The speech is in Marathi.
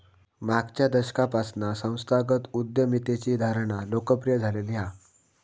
मागच्या दशकापासना संस्थागत उद्यमितेची धारणा लोकप्रिय झालेली हा